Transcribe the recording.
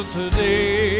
today